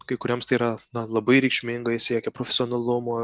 kai kuriems tai yra labai reikšminga jie siekia profesionalumo